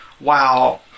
wow